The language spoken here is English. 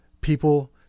People